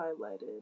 highlighted